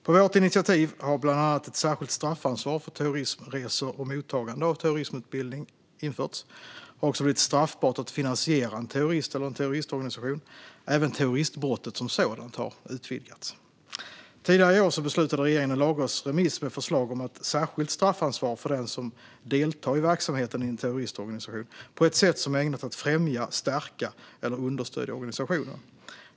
På vårt initiativ har bland annat ett särskilt straffansvar för terrorismresor och mottagande av terrorismutbildning införts. Det har också blivit straffbart att finansiera en terrorist eller en terroristorganisation. Även terroristbrottet som sådant har utvidgats. Tidigare i år beslutade regeringen om en lagrådsremiss med förslag om ett särskilt straffansvar för den som deltar i verksamheten i en terroristorganisation på ett sätt som är ägnat att främja, stärka eller understödja organisationen.